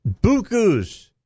buku's